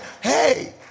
hey